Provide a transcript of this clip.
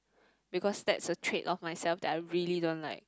because that's a trait of myself that I really don't like